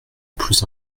plus